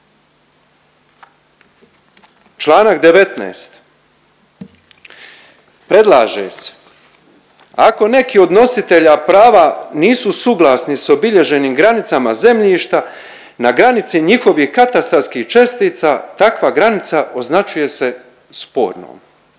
Članak 19 predlaže se ako neki od nositelja prava nisu suglasni s obilježenim granicama zemljišta, na granici njihovih katastarskih čestica takva granica označuje se spornom.